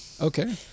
Okay